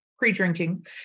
pre-drinking